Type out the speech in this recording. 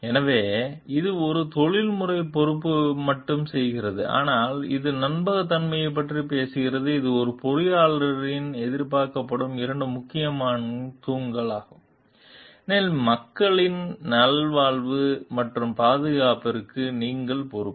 எனவே அது ஒரு தொழில்முறை பொறுப்பை மட்டும் செய்கிறது ஆனால் இது நம்பகத்தன்மையைப் பற்றியும் பேசுகிறது இது ஒரு பொறியியலாளரிடம் எதிர்பார்க்கப்படும் இரண்டு முக்கியமான தூண்கள் ஆகும் ஏனெனில் மக்களின் நல்வாழ்வு மற்றும் பாதுகாப்பிற்கு நீங்கள் பொறுப்பு